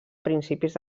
principis